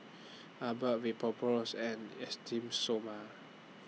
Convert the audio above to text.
Abbott Vapodrops and Esteem Stoma